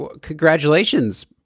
Congratulations